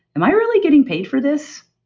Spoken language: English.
am i really getting paid for this?